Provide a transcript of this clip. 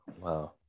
wow